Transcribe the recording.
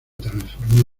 transformó